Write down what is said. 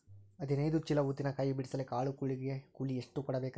ಹದಿನೈದು ಚೀಲ ಉದ್ದಿನ ಕಾಯಿ ಬಿಡಸಲಿಕ ಆಳು ಗಳಿಗೆ ಕೂಲಿ ಎಷ್ಟು ಕೂಡಬೆಕರೀ?